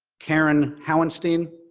karen howenstein,